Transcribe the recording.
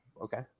okay